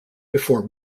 before